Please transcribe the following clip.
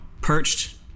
perched